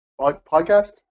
podcast